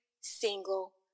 single